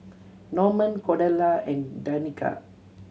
Norman Cordella and Danika